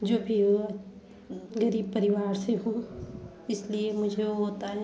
जो भी हुआ गरीब परिवार से हूँ इसलिए मुझे वो होता है